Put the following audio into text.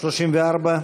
34?